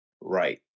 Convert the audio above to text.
right